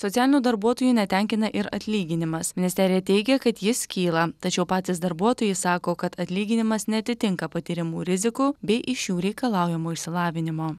socialinių darbuotojų netenkina ir atlyginimas ministerija teigia kad jis kyla tačiau patys darbuotojai sako kad atlyginimas neatitinka patiriamų rizikų bei iš jų reikalaujamo išsilavinimo